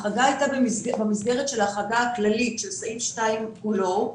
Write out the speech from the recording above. הייתה במסגרת ההחרגה הכללית של סעיף 2 כולו,